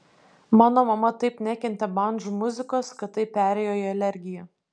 mano mama taip nekentė bandžų muzikos kad tai perėjo į alergiją